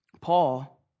Paul